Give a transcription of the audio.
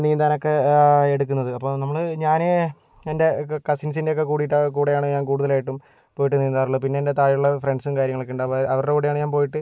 നീന്താനൊക്കെ എടുക്കുന്നത് അപ്പോൾ നമ്മൾ ഞാൻ എൻ്റെ കസിൻസിൻ്റെ ഒക്കെ കൂടിയിട്ട് കൂടെയാണ് ഞാൻ കൂടുതലായിട്ടും പോയിട്ട് നീന്താറുള്ളത് പിന്നെ എൻ്റെ താഴെയുള്ള ഫ്രണ്ട്സും കാര്യങ്ങളൊക്കെ ഉണ്ട് അവരുടെ കൂടെയാണ് ഞാൻ പോയിട്ട്